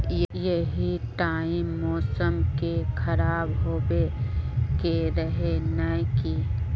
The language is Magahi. यही टाइम मौसम के खराब होबे के रहे नय की?